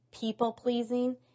people-pleasing